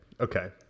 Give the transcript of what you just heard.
Okay